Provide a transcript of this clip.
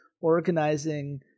organizing